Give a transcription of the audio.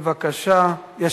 בבקשה.